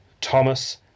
Thomas